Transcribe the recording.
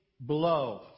blow